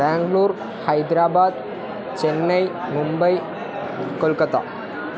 Bangalore Hyderabad Chennai Mumbai Kolkata